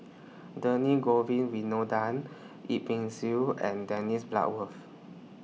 Govin Winodan Yip Pin Xiu and Dennis Bloodworth